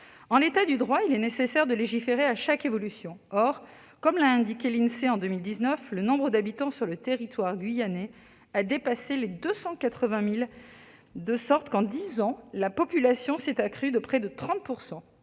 En l'état actuel du droit, il est nécessaire de légiférer à chaque évolution. Or, comme l'a indiqué l'Insee en 2019, le nombre d'habitants sur le territoire guyanais a dépassé les 280 000, de sorte qu'en dix ans la population s'est accrue de près de 30 %.